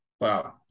Wow